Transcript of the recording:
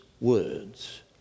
words